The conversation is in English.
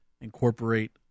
incorporate